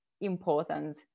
important